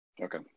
Okay